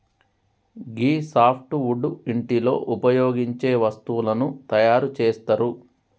గీ soft wood ఇంటిలో ఉపయోగించే వస్తువులను తయారు చేస్తరు